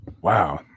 Wow